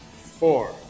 four